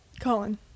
Colin